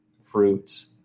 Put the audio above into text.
fruits